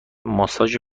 ماساژ